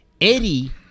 Eddie